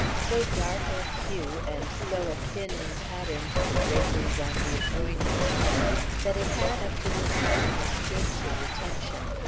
so dark of hue and so akin in pattern to the draperies on the adjoining walls that it had up to this time escaped his attention.